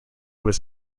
was